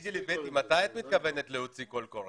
תגידי לי, בטי, מתי את מתכוונת להוציא קול קורא?